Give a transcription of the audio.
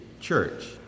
church